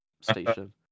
station